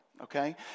okay